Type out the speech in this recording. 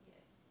Yes